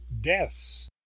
deaths